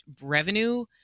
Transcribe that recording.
revenue